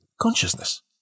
consciousness